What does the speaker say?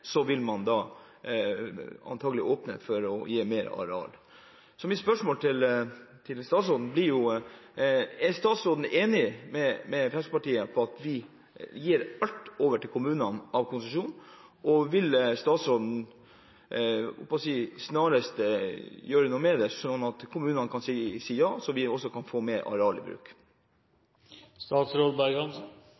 Så mitt spørsmål til statsråden er: Er statsråden enig med Fremskrittspartiet i at vi gir all konsesjonsavgift til kommunene, og vil statsråden – jeg holdt på å si snarest – gjøre noe med det, sånn at kommunene kan si ja og vi kan få mer arealbruk? Nå har regjeringen lagt fram en sjømatmelding der vi ikke sier noe om hvor stor del, men i